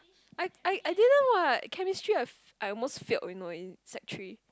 I I I didn't what chemistry I f~ I almost failed you know in sec three